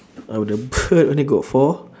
ah the bird only got four